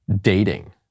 dating